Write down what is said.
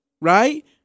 right